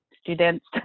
students